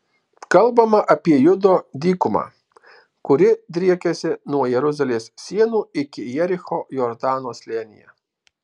kalbama apie judo dykumą kuri driekiasi nuo jeruzalės sienų iki jericho jordano slėnyje